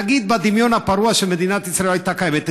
נגיד שבדמיון הפרוע מדינת ישראל לא הייתה קיימת,